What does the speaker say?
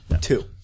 Two